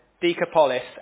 Decapolis